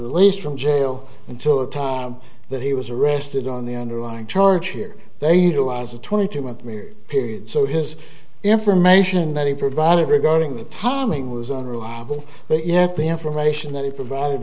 released from jail until the time that he was arrested on the underlying charge here they utilize a twenty two month me period so his information that he provided regarding the timing was unreliable but yet the information that he provided